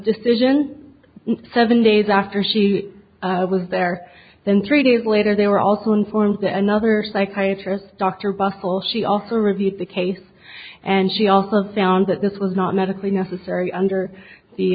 decision seven days after she was there then three days later they were also informed that another psychiatry doctor buffel she also reviewed the case and she also found that this was not medically necessary under the